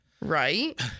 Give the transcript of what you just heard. right